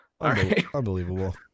Unbelievable